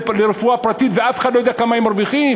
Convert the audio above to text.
לרפואה פרטית ואף אחד לא יודע כמה הם מרוויחים?